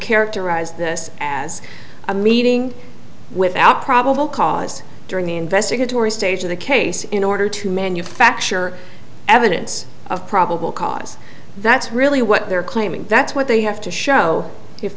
characterize this as a meeting without probable cause during the investigatory stage of the case in order to manufacture evidence of probable cause that's really what they're claiming that's what they have to show